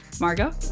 Margo